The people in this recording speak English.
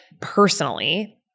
Personally